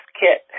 kit